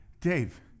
Dave